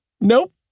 Nope